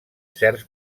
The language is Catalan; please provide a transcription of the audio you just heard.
certs